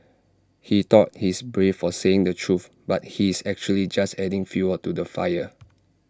he thought he's brave for saying the truth but he's actually just adding fuel to the fire